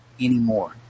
anymore